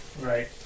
Right